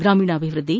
ಗ್ರಾಮೀಣಾಭಿವೃದ್ದಿ